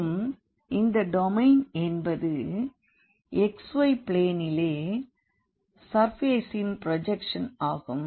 மற்றும் இந்த டொமைன் என்பது yz பிளேனிலே சர்ஃபேசின் ப்ரோஜெக்ஷன் ஆகும்